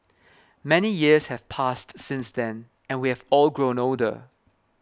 many years have passed since then and we have all grown older